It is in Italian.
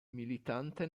militante